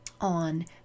on